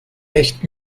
echt